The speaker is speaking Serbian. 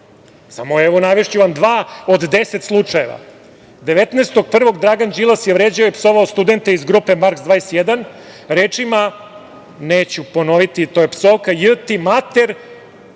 vređao, navešću vam dva od 10 slučajeva. Dragan Đilas je 19. 1. vređao i psovao studente iz grupe "Marks 21" rečima, neću ponoviti, to je psovka, j.… ti mater,